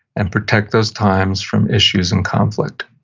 and protect those times from issues and conflict.